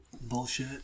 Bullshit